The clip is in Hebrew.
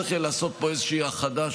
צריך יהיה לעשות פה איזושהי האחדה,